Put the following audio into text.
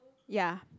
ya